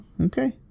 Okay